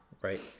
Right